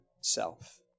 self